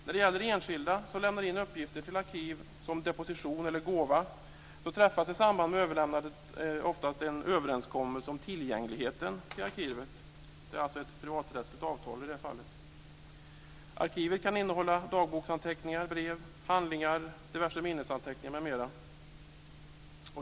När det gäller enskilda som lämnar in uppgifter till arkiv som deposition eller gåva träffas i samband med överlämnandet oftast en överenskommelse om tillgängligheten till arkivet. Det är alltså ett privaträttsligt avtal i detta fall. Arkivet kan innehålla dagboksanteckningar, brev, handlingar, diverse minnesanteckningar m.m.